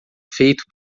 feito